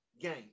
game